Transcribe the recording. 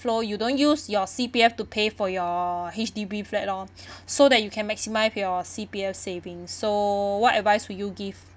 flow you don't use your C_P_F to pay for your H_D_B flat lor so that you can maximise your C_P_F saving so what advice would you give